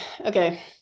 Okay